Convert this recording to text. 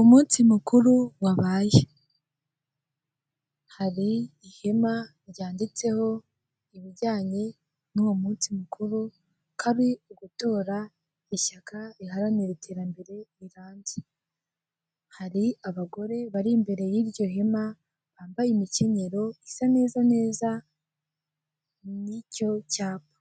Umunsi mukuru wabaye hari ihema ryanditseho, ibijyanye n'uwo munsi mukuru ko ari ugutora ishyaka riharanira iterambere rirambye hari abagore bari imbere y'iryo hema bambaye imikenyero isa neza neza n'icyo cyapa